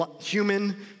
human